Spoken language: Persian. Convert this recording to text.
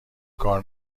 کار